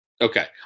okay